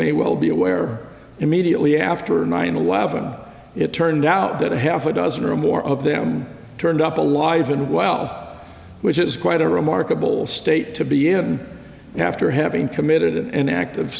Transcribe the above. may well be aware immediately after nine eleven it turned out that half a dozen or more of them turned up alive and well which is quite a remarkable state to be in after having committed an act of